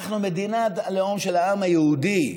אנחנו מדינת הלאום של העם היהודי.